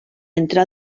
entre